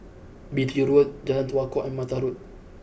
Beatty Road Jalan Tua Kong and Mattar Road